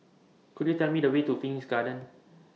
Could YOU Tell Me The Way to Phoenix Garden